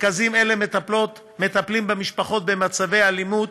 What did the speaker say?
מרכזים אלו מטפלים במשפחות במצבי אלימות,